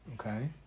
Okay